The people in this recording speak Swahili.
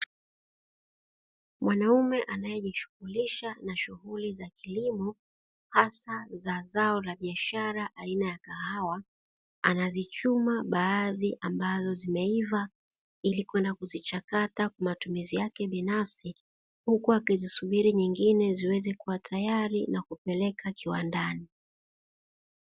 Mwanaume anayejishughulisha na shughuli za kilimo hasa za zao la biashara aina ya Kahawa, anazichuma baadhi ambazo zimeiva ili kwenda kuzichakata kwa matumizi yake binafsi huku akizisubiri nyingine ziweze kuwa tayari na kupeleka kiwandani.